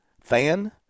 Fan